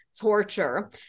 torture